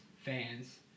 fans